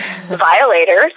violators